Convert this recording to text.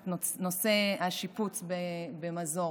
את נושא השיפוץ במזור.